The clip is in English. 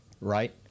right